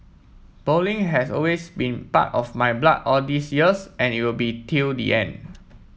bowling has always been part of my blood all these years and it will be till the end